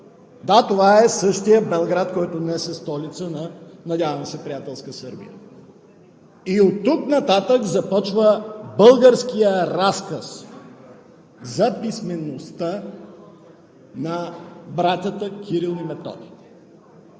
Да, това е същият Белград, който днес е столица на, надявам се, приятелска Сърбия. И оттук нататък започва българският разказ за писмеността на братята Кирил и Методий.